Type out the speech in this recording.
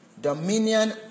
dominion